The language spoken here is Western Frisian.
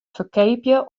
ferkeapje